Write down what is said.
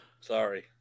Sorry